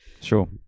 sure